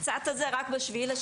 הקצת הזה רק ב-07.06,